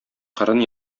кырын